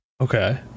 Okay